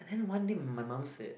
and then one thing my mum said